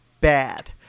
bad